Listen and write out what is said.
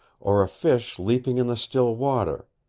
or a fish leaping in the still water.